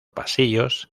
pasillos